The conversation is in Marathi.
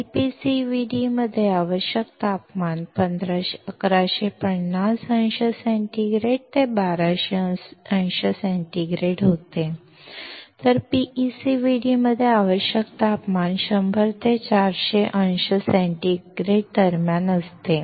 LPCVD मध्ये आवश्यक तापमान 1150 अंश सेंटीग्रेड ते 1200 अंश सेंटीग्रेड होते तर PECVD मध्ये आवश्यक तापमान 100 ते 400 अंश सेंटीग्रेड दरम्यान असते